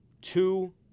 two